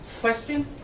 Question